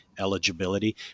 eligibility